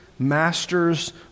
masters